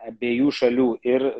abiejų šalių ir